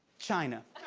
china.